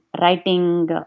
writing